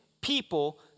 people